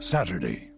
Saturday